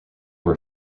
were